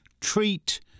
treat